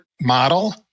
model